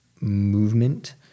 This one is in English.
movement